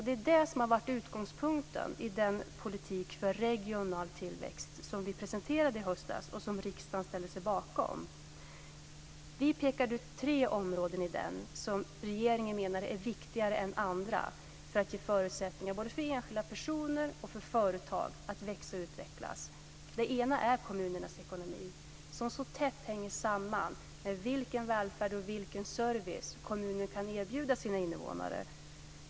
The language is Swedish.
Det är det som har varit utgångspunkt i den politik för regional tillväxt som vi presenterade i höstas och som riksdagen ställde sig bakom. Vi pekade ut tre områden som regeringen menade är viktigare än andra för att ge förutsättningar både för enskilda personer och för företag att växa och utvecklas. Det ena är kommunernas ekonomi som så tätt hänger samman med vilken välfärd och vilken service kommunen kan erbjuda sina invånare.